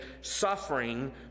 suffering